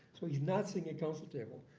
so he's not sitting at counsel table.